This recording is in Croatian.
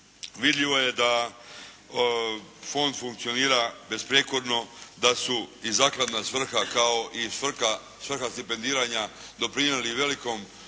Vidljivo je da fond funkcionira bezprijekorno, da su i zakladna svrha kao i svrha stipendiranja doprinijeli velikom